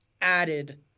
added